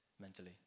mentally